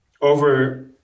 over